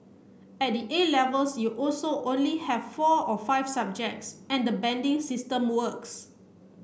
at the A Levels you also only have four or five subjects and the banding system works